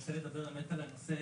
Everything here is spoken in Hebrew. רומה לדבר על הנושא,